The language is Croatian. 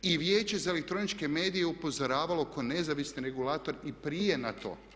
I Vijeće za elektroničke medije je upozoravalo kao nezavisni regulator i prije na to.